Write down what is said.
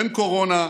אין קורונה,